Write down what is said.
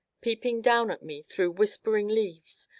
peeping down at me through whispering leaves,